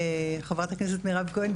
חברת הכנסת מירב כהן,